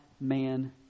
man